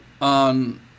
on